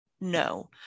No